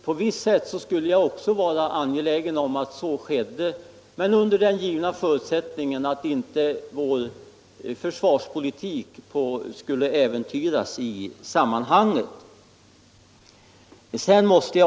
På visst sätt skulle jag också vara angelägen om att så skedde, men under den givna förutsättningen att inte vår försvarspolitik skulle äventyras i sammanhanget.